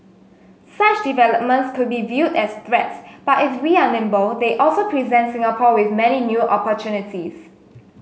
such developments could be viewed as threats but if we are nimble they also present Singapore with many new opportunities